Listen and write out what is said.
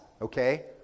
okay